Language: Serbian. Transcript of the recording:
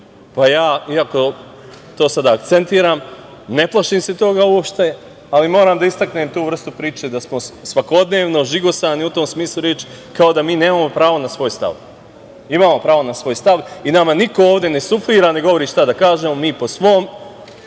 Ja, iako to sada akcentiram, ne plašim se toga uopšte, ali moram da istaknem tu vrstu priče da smo svakodnevno žigosani i u tom smislu reči, kao da mi nemamo pravo na svoj stav. Imamo pravo na svoj stav i nama niko ovde ne suflira, ne govori šta da kažemo, mi po svom